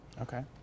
Okay